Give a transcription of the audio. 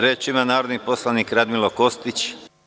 Reč ima narodni poslanik Radmilo Kostić.